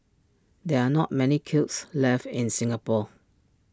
there are not many kilns left in Singapore